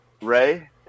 Ray